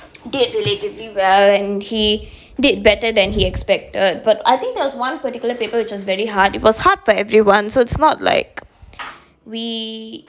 did relatively well and he did better than he expected but I think there was one particular paper which was very hard it was hard for everyone so it's not like we